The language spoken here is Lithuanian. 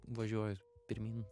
važiuoju pirmyn